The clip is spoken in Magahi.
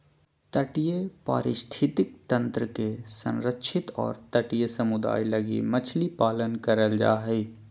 तटीय पारिस्थितिक तंत्र के संरक्षित और तटीय समुदाय लगी मछली पालन करल जा हइ